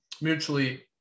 mutually